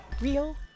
Real